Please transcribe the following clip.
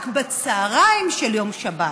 רק בצוהריים של יום שבת.